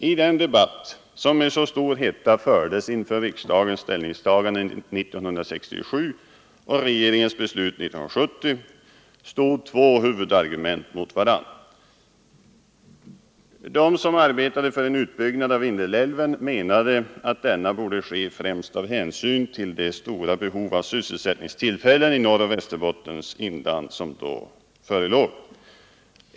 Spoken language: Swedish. I den debatt som med så stor hetta fördes inför riksdagens ställningstagande 1967 och regeringens beslut 1970 stod två huvudargument mot varandra. De som arbetade för en utbyggnad av Vindelälven menade att denna borde ske främst av hänsyn till det stora behov av sysselsättningstillfällen i Norroch Västerbottens inland som då förelåg.